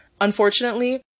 unfortunately